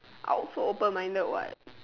I also open-minded what